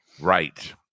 Right